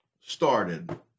started